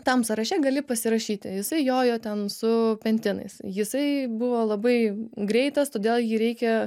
tam sąraše gali pasirašyti jisai jojo ten su pentinais jisai buvo labai greitas todėl jį reikia